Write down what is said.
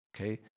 Okay